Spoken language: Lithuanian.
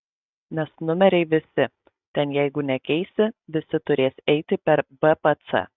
nes numeriai visi ten jeigu nekeisi visi turės eiti per bpc